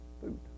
Food